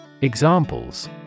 Examples